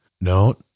No